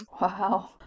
Wow